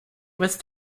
with